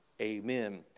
Amen